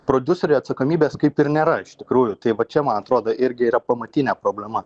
prodiuseriui atsakomybės kaip ir nėra iš tikrųjų tai va čia man atrodo irgi yra pamatinė problema